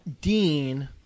Dean